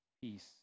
peace